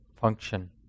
function